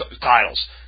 titles